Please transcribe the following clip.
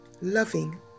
loving